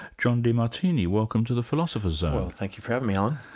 john demartini, welcome to the philosopher's zone. well, thank you for having me, alan.